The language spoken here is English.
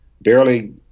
barely